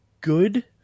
good